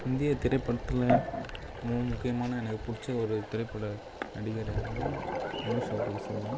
இந்திய திரைப்படத்தில் மிகவும் முக்கியமான எனக்கு பிடிச்ச ஒரு திரைப்பட நடிகர் யாருன்னா தனுஷ் அவர்களை சொல்லாம்